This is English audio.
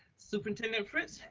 superintendent fritz,